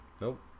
Nope